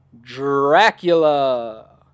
Dracula